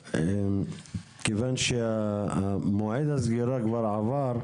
כיוון שמועד הסגירה כבר עבר,